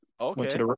Okay